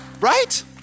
Right